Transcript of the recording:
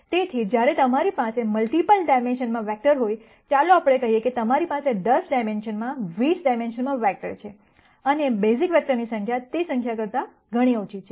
તેથી જ્યારે તમારી પાસે મલ્ટિપલ ડાઈમેન્શનમાં વેક્ટર હોય ચાલો આપણે કહીએ કે તમારી પાસે 10 ડાઈમેન્શનમાં 20 ડાઈમેન્શનમાં વેક્ટર છે અને બેઝિક વેક્ટરની સંખ્યા તે સંખ્યા કરતા ઘણી ઓછી છે